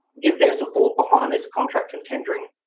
give their support behind this contract and tendering,